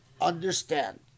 understand